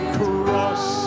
cross